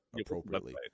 appropriately